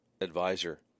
advisor